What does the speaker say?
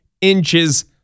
inches